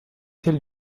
celle